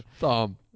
Tom